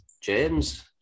James